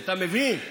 אתה מבין?